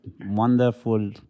wonderful